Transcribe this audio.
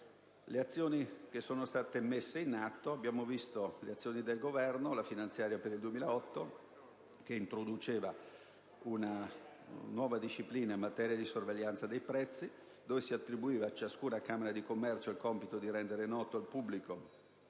Le azioni che sono state messe in atto dal Governo iniziarono con la finanziaria per il 2008, la quale ha introdotto una nuova disciplina in materia di sorveglianza dei prezzi e ha attribuito a ciascuna camera di commercio il compito di rendere noto al pubblico